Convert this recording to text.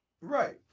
Right